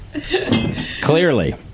Clearly